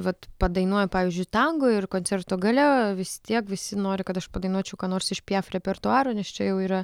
vat padainuoju pavyzdžiui tango ir koncerto gale vis tiek visi nori kad aš padainuočiau ką nors iš piaf repertuaro nes čia jau yra